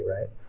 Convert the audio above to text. right